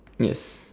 ya